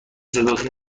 صداتو